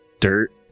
dirt